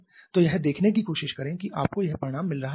तो यह देखने की कोशिश करें कि आपको यह परिणाम मिल रहा है या नहीं